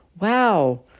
wow